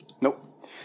Nope